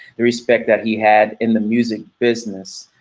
the respect that he had in the music business.